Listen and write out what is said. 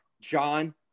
John